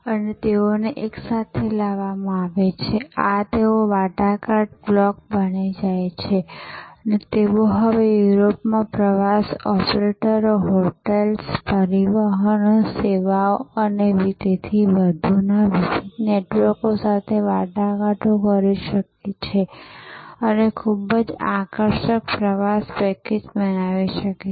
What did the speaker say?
અને તેઓને એકસાથે લાવવામાં આવે છે આ તેઓ એક વાટાઘાટ બ્લોક બની જાય છે અને તેઓ હવે યુરોપમાં પ્રવાસ ઓપરેટરો હોટેલ્સ પરિવહન સેવાઓ અને તેથી વધુના વિવિધ નેટવર્ક સાથે વાટાઘાટો શરૂ કરી શકે છે અને ખૂબ જ આકર્ષક પ્રવાસ પેકેજ બનાવી શકે છે